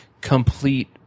complete